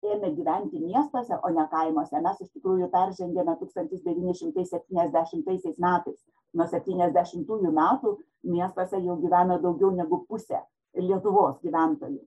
ėmė gyventi miestuose o ne kaimuose mes iš tikrųjų peržengėme tūkstantis devyni šimtai septyniasdešimtaisiais metais nuo septyniasdešimtųjų metų miestuose jau gyvena daugiau negu pusė lietuvos gyventojų